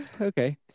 Okay